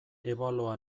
ebalua